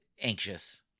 anxious